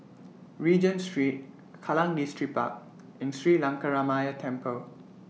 Regent Street Kallang Distripark and Sri Lankaramaya Temple